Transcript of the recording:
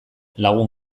lagun